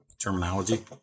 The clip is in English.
Terminology